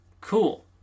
cool